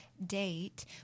Date